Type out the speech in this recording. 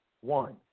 one